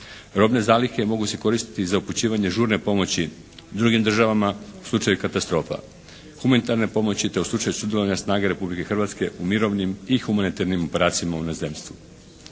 Robne zalihe mogu se koristiti za upućivanje žurne pomoći drugim državama u slučaju katastrofa, humanitarne pomoći te u slučaju sudjelovanja snage Republike Hrvatske u mirovnim i humanitarnim operacijama u inozemstvu.